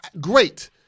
Great